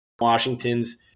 Washington's